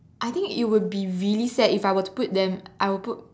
I think it would be really sad if I were to put them I would put